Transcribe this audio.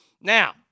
Now